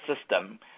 system